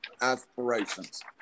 aspirations